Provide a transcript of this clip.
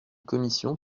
commission